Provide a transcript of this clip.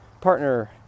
partner